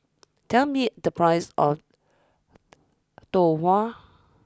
tell me the price of Tau Huay